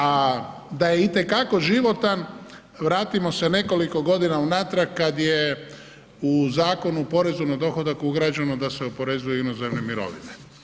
A da je itekako životan, vratimo se nekoliko godina unatrag kada je u Zakonu u porezu na dohodak ugrađeno da se oporezuju inozemne mirovine.